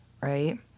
right